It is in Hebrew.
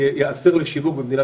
וכמובן פותחים את כל קולטי